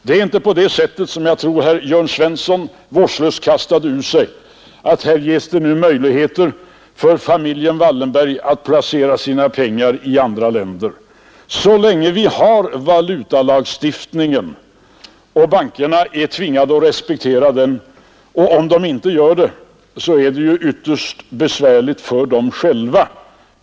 Det är inte på det sättet, som jag tror att herr Jörn Svensson vårdslöst kastade ur sig, att här ges nu möjligheter för familjen Wallenberg att placera sina pengar i andra länder. Så länge vi har valutalagstiftningen är bankerna tvingade att respektera den. Om de inte gör det blir det ytterst besvärligt för dem själva.